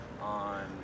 on